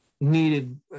needed